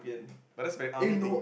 but that's very army thing